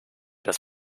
das